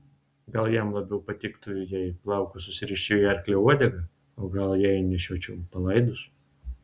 gal jam labiau patiktų jei plaukus susiriščiau į arklio uodegą o gal jei nešiočiau palaidus